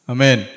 Amen